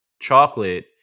chocolate